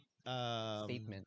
statement